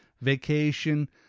vacation